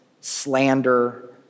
slander